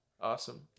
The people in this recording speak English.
awesome